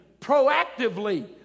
proactively